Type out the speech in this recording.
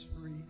free